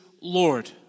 Lord